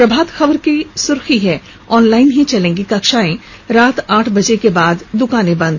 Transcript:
प्रभात खबर की सुर्खी है ऑनलाइन ही चलेंगी कक्षाएं रात आठ बजे के बाद दुकानें बन्द